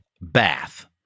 bath